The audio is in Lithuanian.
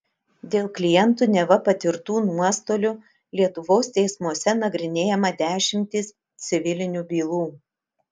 dėl klientų neva patirtų nuostolių lietuvos teismuose nagrinėjama dešimtys civilinių bylų